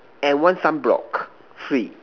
and one sunblock free